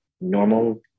normal